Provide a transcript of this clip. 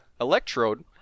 electrode